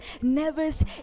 nervous